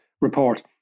report